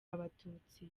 abatutsi